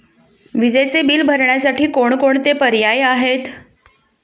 विजेचे बिल भरण्यासाठी कोणकोणते पर्याय आहेत?